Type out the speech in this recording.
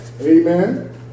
amen